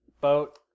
boat